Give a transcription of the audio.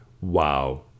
Wow